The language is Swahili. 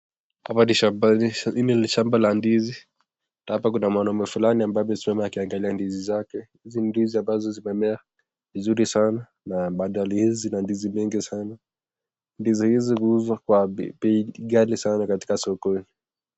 Hapa ni shambani, hili ni shamba la ndizi, haoa kuna mwanaume mmoja anaonekana kuangalia shamba lake, hizi ni ndizi ambazo zimemea vizuri sana na mandalj hili lina ndizi mingi sana na ndizi hizi zinauzwa kwa bei ghali sana sokoni.